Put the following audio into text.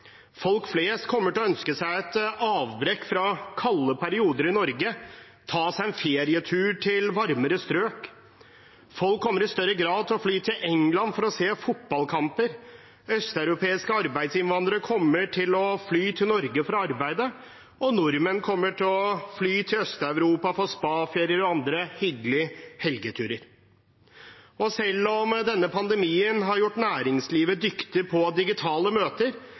Folk flest kommer til å ønske seg et avbrekk fra kalde perioder i Norge, ta seg en ferietur til varmere strøk. Folk kommer i større grad til å fly til England for å se fotballkamper. Østeuropeiske arbeidsinnvandrere kommer til å fly til Norge for å arbeide, og nordmenn kommer til å fly til Øst-Europa for spaferier og andre hyggelige helgeturer. Selv om denne pandemien har gjort næringslivet dyktig på digitale møter,